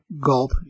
gulp